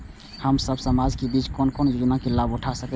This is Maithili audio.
हम सब समाज के बीच कोन कोन योजना के लाभ उठा सके छी?